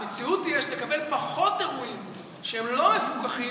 המציאות תהיה שתקבל פחות אירועים שהם לא מפוקחים